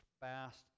fast